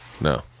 No